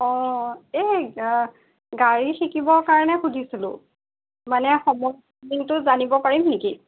অঁ এই গাড়ী শিকিবৰ কাৰণে সুধিছিলোঁ মানে সময়টো জানিব পাৰিম নেকি